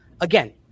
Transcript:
Again